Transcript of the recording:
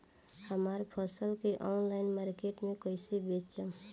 हमार फसल के ऑनलाइन मार्केट मे कैसे बेचम?